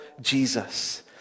Jesus